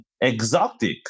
exotic